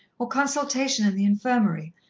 or consultation in the infirmary,